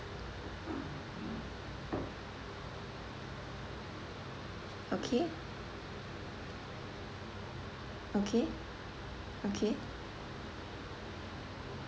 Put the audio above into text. okay okay okay